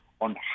on